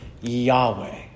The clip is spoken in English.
Yahweh